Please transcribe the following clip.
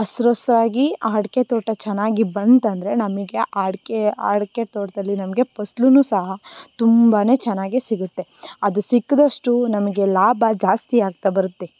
ಹಸ್ರ್ ಹಸ್ರಾಗಿ ಆ ಅಡ್ಕೆ ತೋಟ ಚೆನ್ನಾಗಿ ಬಂತಂದರೆ ನಮಗೆ ಅಡ್ಕೆ ಅಡಿಕೆ ತೋಟದಲ್ಲಿ ನಮಗೆ ಫಸ್ಲು ಸಹ ತುಂಬಾ ಚೆನ್ನಾಗೆ ಸಿಗುತ್ತೆ ಅದು ಸಿಕ್ಕಿದಷ್ಟು ನಮಗೆ ಲಾಭ ಜಾಸ್ತಿ ಆಗ್ತಾ ಬರುತ್ತೆ